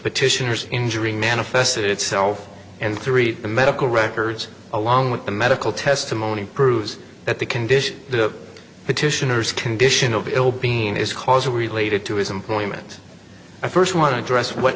petitioners injury manifested itself and three the medical records along with the medical testimony proves that the condition the petitioner's condition of ill being is causal related to his employment i first want to address what